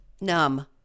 Numb